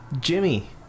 Jimmy